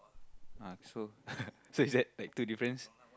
ah so so is that like two difference